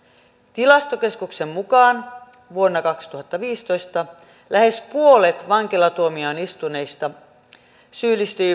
tilastokeskuksen mukaan vuonna kaksituhattaviisitoista lähes puolet vankilatuomion istuneista syyllistyi